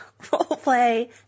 roleplay